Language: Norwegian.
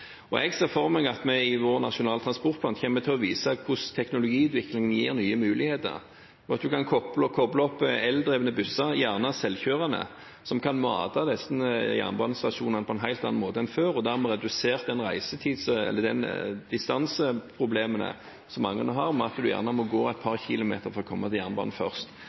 Jeg ser for meg at vi i vår Nasjonal transportplan kommer til å vise hvordan teknologiutvikling gir nye muligheter, og at en kan koble opp eldrevne busser – gjerne selvkjørende – som kan mate disse jernbanestasjonene på en helt annen måte enn før og dermed redusere distanseproblemene som mange har med at en gjerne må gå et par kilometer for å komme til jernbanen.